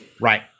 Right